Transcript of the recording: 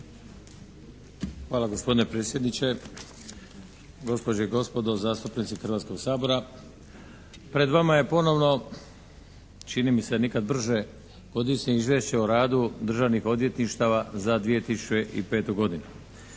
Hvala gospodine predsjedniče. Gospođe i gospodo zastupnici Hrvatskoga sabora! Pred vama je ponovno čini mi se nikad brže Godišnje izvješće o radu državnih odvjetništava za 2005. godinu.